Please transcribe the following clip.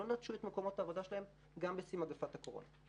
לא נטשו את מקומות העבודה שלהם גם בשיא מגפת הקורונה.